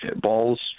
balls